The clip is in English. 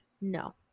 No